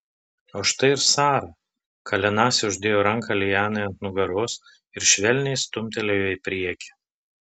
o štai ir sara kalenasi uždėjo ranką lianai ant nugaros ir švelniai stumtelėjo į priekį